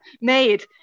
made